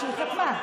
שחתמה.